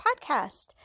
Podcast